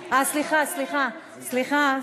אה, סליחה, סליחה.